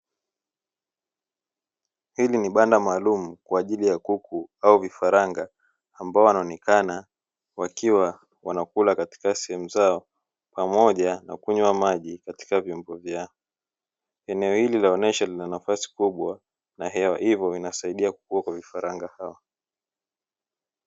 Hili ni banda maalumu kwa ajili ya kuku au vifaranga ambao wanaonekana wakiwa wanakula katika sehemu zao pamoja na kunywa maji katika vyombo vyao. Eneo hili linaonyesha lina nafasi kubwa na hewa hivyo linasaidia kukua kwa vifaranga hao.